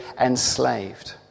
enslaved